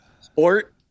Sport